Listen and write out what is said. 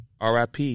RIP